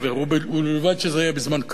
ובלבד שזה יהיה בזמן קריב.